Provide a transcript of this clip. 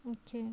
okay